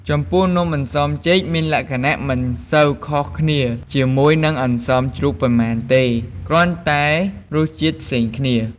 ចំពោះនំអន្សមចេក មានលក្ខណៈមិនសូវខុសគ្នាជាមួយនឹងអន្សមជ្រូកប៉ុន្មានទេ គ្រាន់តែរសជាតិផ្សេងគ្នា។